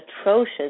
atrocious